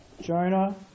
Jonah